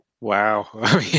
Wow